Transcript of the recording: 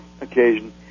occasion